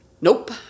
nope